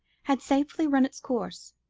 had safely run its course,